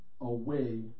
away